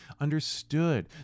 understood